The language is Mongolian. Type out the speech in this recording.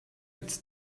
биз